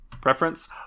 preference